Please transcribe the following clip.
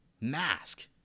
mask